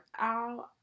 out